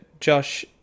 Josh